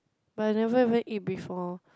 but I never went eat before